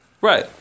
Right